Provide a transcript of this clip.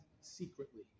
secretly